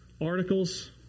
articles